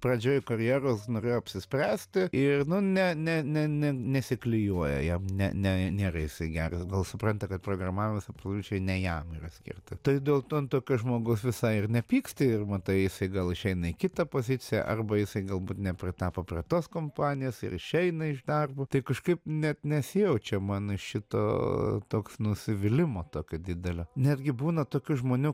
pradžioj karjeros norėjo apsispręsti ir ne ne ne ne nesiklijuoja jam ne ne nėra jisai geras gal supranta kad programavimas absoliučiai ne jam yra skirta tai dėl to ant tokio žmogus visai ir nepyksti ir matai jisai gal išeina į kitą poziciją arba jisai galbūt nepritapo prie tos kompanijos ir išeina iš darbo tai kažkaip net nesijaučia man šito toks nusivylimo tokio didelio netgi būna tokių žmonių